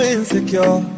insecure